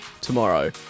tomorrow